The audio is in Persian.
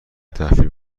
تحویل